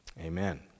Amen